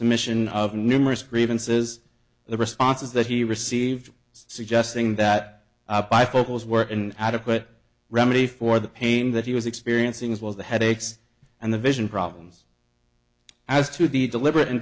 submission of numerous grievances the responses that he received suggesting that bifocals were an adequate remedy for the pain that he was experiencing as well as the headaches and the vision problems as to the deliberate in